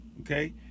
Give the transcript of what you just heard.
okay